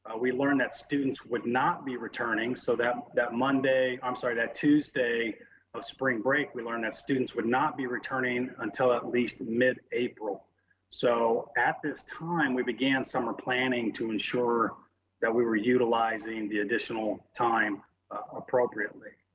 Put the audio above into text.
we learned that students would not be returning. so that that monday, i'm sorry that tuesday of spring break, we learned that students would not be returning until at least mid-april. so at this time we began summer planning to ensure that we were utilizing the additional time appropriately.